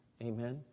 Amen